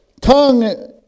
tongue